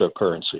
cryptocurrency